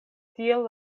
tiel